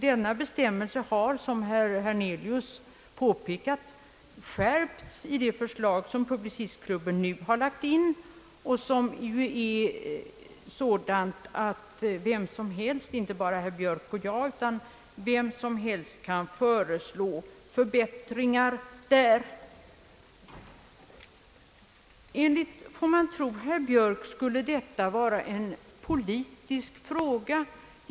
Denna bestämmelse har, som herr Hernelius påpekat, skärpts i det förslag som Publicistklubben har lagt fram och som vem som helst — inte bara herr Björk och jag — kan föreslå förbättringar i. Får jag tro herr Björk skulle dagens problem vara närmast en politisk fråga.